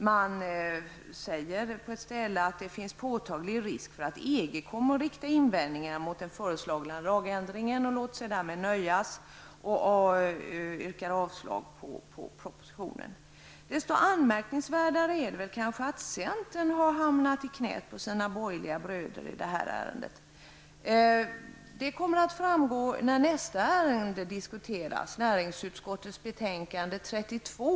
Man säger att det finns påtaglig risk för att EG kommer att rikta invändningar mot den föreslagna lagändringen. Man låter sig därmed nöja och yrkar avslag på propositionen. Desto anmärkningsvärdare är det att centern tycks ha hamnat i knät på sina borgerliga bröder i detta ärende. Detta kommer att framgå i diskussionen om det ärende som behandlas härnäst, nämligen näringsutskottets betänkande 32.